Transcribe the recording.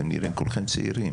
אתם נראים כולכם צעירים